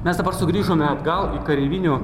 mes dabar sugrįžome atgal į kareivinių